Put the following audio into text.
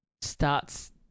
starts